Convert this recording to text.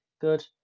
Good